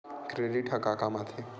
Credit ह का काम आथे?